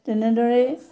তেনেদৰেই